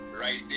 right